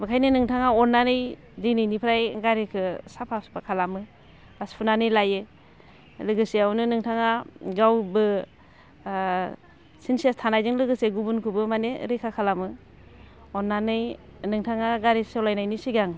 बेखायनो नोंथाङा अननानै दिनैनिफ्राय गारिखौ साफा सुपा खालामो बा सुनानै लायो लोगोसेयावनो नोंथाङा गावबो सिनसियास थानायजों लोगोसे गुबुनखौबो रैखा खालामो अननानै नोंथाङा गारि सलायनायनि सिगां